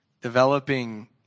developing